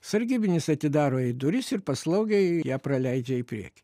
sargybinis atidaro jai duris ir paslaugiai ją praleidžia į priekį